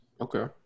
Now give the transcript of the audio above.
Okay